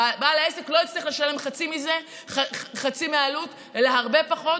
בעל העסק לא יצטרך לשלם חצי מהעלות אלא הרבה פחות,